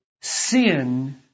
Sin